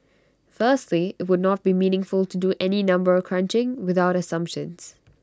firstly IT would not be meaningful to do any number crunching without assumptions